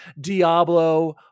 Diablo